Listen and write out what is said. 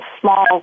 small